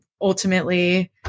ultimately